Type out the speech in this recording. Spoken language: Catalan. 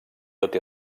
tot